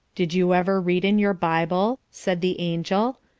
did you ever read in your bible, said the angel,